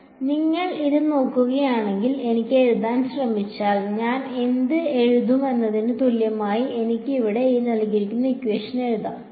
അതിനാൽ നിങ്ങൾ ഇത് നോക്കുകയാണെങ്കിൽ ഞാൻ എഴുതാൻ ശ്രമിച്ചാൽ ഞാൻ എന്ത് എഴുതും എന്നതിന് തുല്യമായി എനിക്ക് ഇത് എഴുതാം